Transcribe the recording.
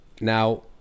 Now